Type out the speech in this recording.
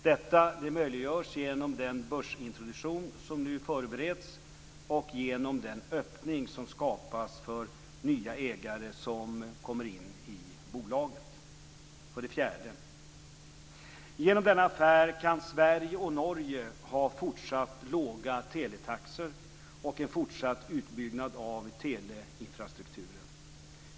Detta möjliggörs genom den börsintroduktion som nu förbereds och genom den öppning som skapas för nya ägare som kommer in i bolaget. För det fjärde: Genom denna affär kan Sverige och Norge ha fortsatt låga teletaxor och en fortsatt utbyggnad av teleinfrastrukturen.